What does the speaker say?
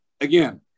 again